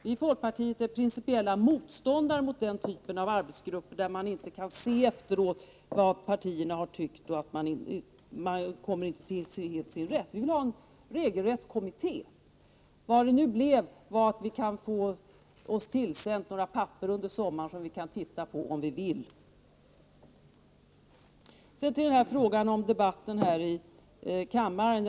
Vi i folkpartiet är principiella motståndare till den typen av arbetsgrupper, där det inte dokumenteras vad partierna tyckt. I sådana arbetsgrupper kan det vara svårt för deltagarna att komma helt till sin rätt. Vi vill ha en regelrätt kommitté. Resultatet blev att vi nu kan få oss några papper tillsända under sommaren, vilka vi kan studera om vi vill. Så till frågan om debatten här i kammaren.